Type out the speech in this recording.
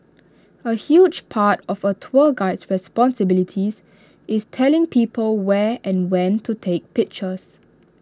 A huge part of A tour guide's responsibilities is telling people where and when to take pictures